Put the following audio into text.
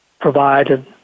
provide